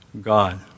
God